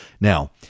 Now